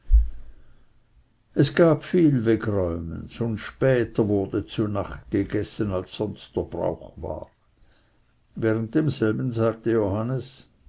es gab viel wegräumens und später wurde zu nacht gegessen als sonst der brauch war während demselben sagte johannes